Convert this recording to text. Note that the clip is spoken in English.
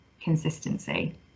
consistency